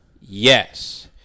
Yes